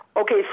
Okay